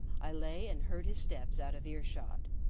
i lay and heard his steps out of earshot,